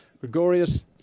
Gregorius